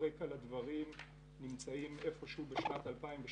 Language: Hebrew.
הרקע לדברים נמצא איפה שהוא בשנת 2012,